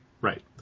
Right